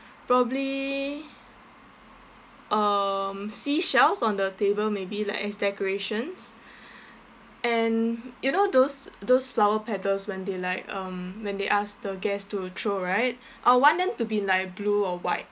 probably um seashells on the table maybe like as decorations and you know those those flower petals when they like um when they ask the guest to throw right I want them to be like blue or white